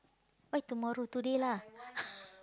why tomorrow today lah